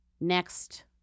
next